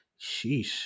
sheesh